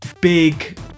big